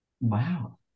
Wow